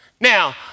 Now